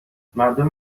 مردم